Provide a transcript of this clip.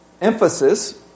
emphasis